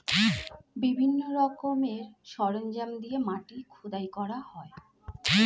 বিভিন্ন রকমের সরঞ্জাম দিয়ে মাটি খোদাই করা হয়